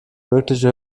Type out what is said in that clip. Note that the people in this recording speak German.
mögliche